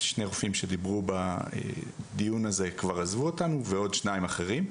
שני רופאים שדיברו בדיון הזה כבר עזבו אותנו ועוד שניים אחרים,